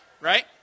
Right